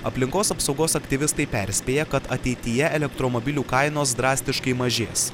aplinkos apsaugos aktyvistai perspėja kad ateityje elektromobilių kainos drastiškai mažės